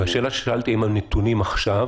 השאלה ששאלתי היא האם הנתונים עכשיו